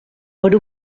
per